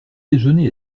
déjeuner